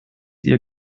ihr